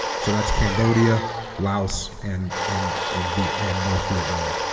so that's cambodia laos and and and v and north vietnam